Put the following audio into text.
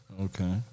Okay